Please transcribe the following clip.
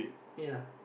ya